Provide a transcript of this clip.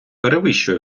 перевищує